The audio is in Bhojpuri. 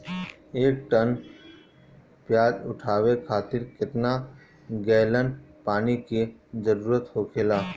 एक टन प्याज उठावे खातिर केतना गैलन पानी के जरूरत होखेला?